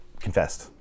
confessed